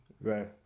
Right